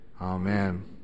Amen